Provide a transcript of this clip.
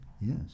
Yes